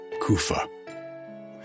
Kufa